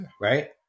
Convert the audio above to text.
right